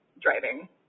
driving